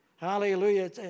Hallelujah